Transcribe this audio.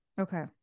Okay